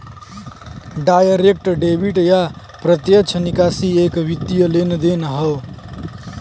direct debit या प्रत्यक्ष निकासी एक वित्तीय लेनदेन हौ